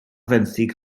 fenthyg